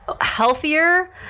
healthier